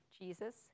Jesus